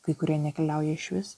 kai kurie nekeliauja išvis